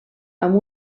amb